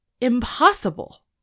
impossible